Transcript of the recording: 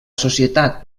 societat